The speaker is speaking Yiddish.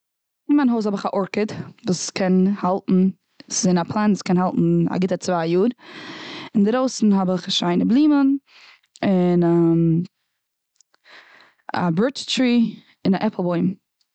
און מיין הויז האב איך א ארקיד וואס קען האלטן, ס'איז און א פלענט וואס קען האלטן א גוטע צוויי יאר. אינדרויסן האב איך שיינע בלומען. און א בורטש טרי, און א עפל בוים.